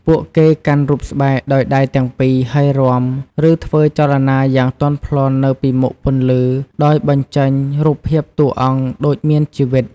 ពួកគេកាន់រូបស្បែកដោយដៃទាំងពីរ ហើយរាំ ឬធ្វើចលនាយ៉ាងទន់ភ្លន់នៅពីមុខពន្លឺដោយបញ្ចេញរូបភាពតួអង្គដូចមានជីវិត។